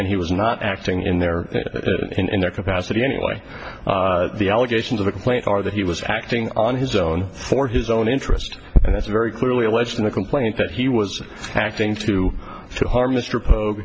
and he was not acting in their in their capacity anyway the allegations of the complaint are that he was acting on his own for his own interest and it's very clearly alleged in the complaint that he was acting to harm mr pog